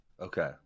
Okay